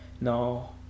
No